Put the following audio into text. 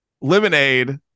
lemonade